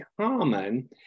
common